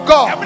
God